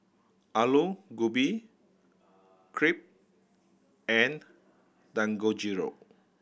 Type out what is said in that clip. Alu Gobi Crepe and Dangojiru